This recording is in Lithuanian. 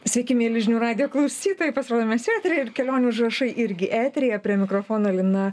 sveiki mieli žinių radijo klausytojai pasirodo mes čia eteryje ir kelionių užrašai irgi eteryje prie mikrofono lina